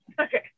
Okay